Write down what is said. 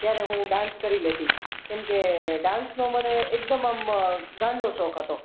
ત્યારે હું ડાંસ કરી લેતી કેમકે ડાંસનો મને એકદમ આમ ગાંડો શોખ હતો